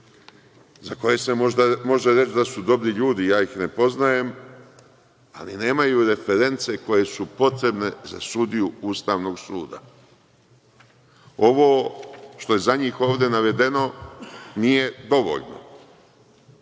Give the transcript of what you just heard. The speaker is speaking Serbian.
za koje se možda može reći da su dobri ljudi, ne poznajem ih, ali nemaju reference koje su potrebne za sudiju Ustavnog suda. Ovo što je za njih ovde navedeno nije dovoljno.